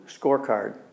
scorecard